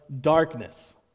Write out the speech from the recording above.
darkness